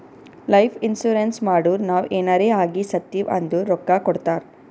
life insurance ಮಾಡುರ್ ನಾವ್ ಎನಾರೇ ಆಗಿ ಸತ್ತಿವ್ ಅಂದುರ್ ರೊಕ್ಕಾ ಕೊಡ್ತಾರ್